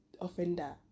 offender